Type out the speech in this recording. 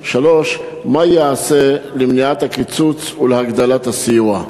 3. מה ייעשה למניעת הקיצוץ ולהגדלת הסיוע?